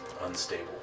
unstable